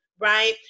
right